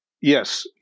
Yes